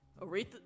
aretha